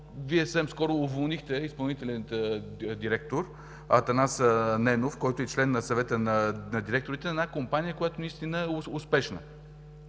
Вие съвсем скоро уволнихте изпълнителния директор Атанас Ненов, който е и член на Съвета на директорите на една компания, която наистина е успешна.